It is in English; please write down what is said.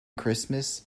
christmas